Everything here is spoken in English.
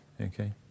okay